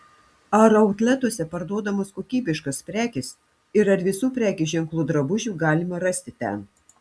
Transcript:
ar autletuose parduodamos kokybiškos prekės ir ar visų prekės ženklų drabužių galima rasti ten